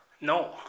No